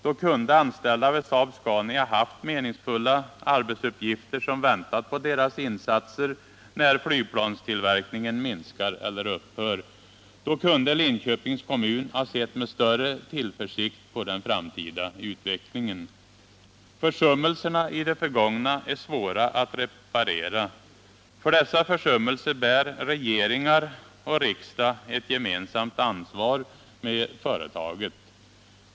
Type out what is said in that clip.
Då kunde anställda vid Saab-Scania haft meningsfulla arbetsuppgifter som väntat på deras insatser när flygplans tillverkningen minskar eller upphör. Då kunde Linköpings kommun ha sett med större tillförsikt på den framtida utvecklingen. Försummelserna i det förgångna är svåra att reparera. För dessa försummelser bär regeringar och riksdag ansvar gemensamt med företaget.